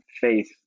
faith